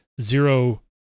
zero